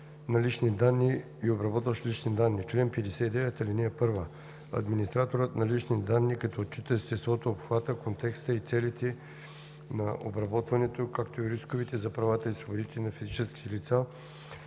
на лични данни и обработващ лични данни Чл. 59. (1) Администраторът на лични данни, като отчита естеството, обхвата, контекста и целите на обработването, както и рисковете за правата и свободите на физическите лица,